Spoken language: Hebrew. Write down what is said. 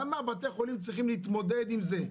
למה בתי החולים צריכים להתמודד עם זה?